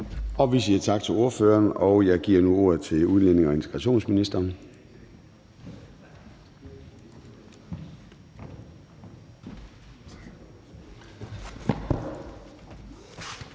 Vi siger tak til ordføreren, og jeg giver nu ordet til udlændinge- og integrationsministeren.